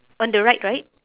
on the right right